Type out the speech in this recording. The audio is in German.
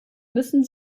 müssen